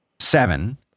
seven